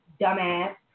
dumbass